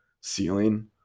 ceiling